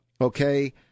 Okay